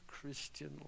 Christian